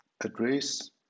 address